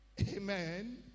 Amen